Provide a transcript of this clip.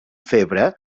febre